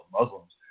Muslims